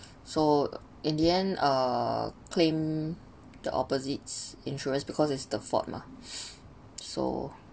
so in the end uh claim the opposites insurance because it's the fault mah so